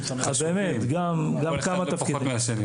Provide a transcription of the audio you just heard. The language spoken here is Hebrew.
אז באמת גם כמה תפקידים,